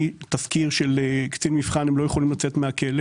תזכיר של קצין מבחן הם לא יכולים לצאת מן הכלא.